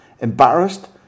Embarrassed